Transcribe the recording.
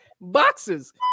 Boxes